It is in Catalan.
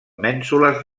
mènsules